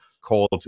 called